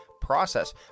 process